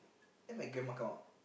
then my grandma come